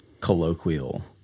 colloquial